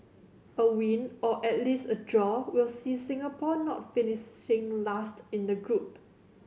a win or at least a draw will see Singapore not finishing last in the group